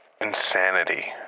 insanity